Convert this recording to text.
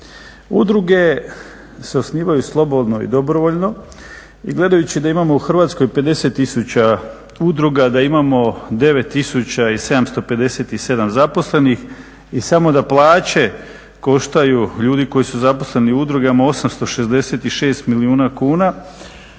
Udruge se osnivaju slobodno i dobrovoljno i gledajući da imamo u Hrvatskoj 50 tisuća udruga, da imamo 9 757 zaposlenih i samo da plaće koštaju, ljudi koji su zaposleni u udrugama 866 milijuna kuna